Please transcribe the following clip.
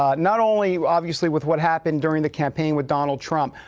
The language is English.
um not only obviously with what happened during the campaign with donald trump,